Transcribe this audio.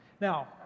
Now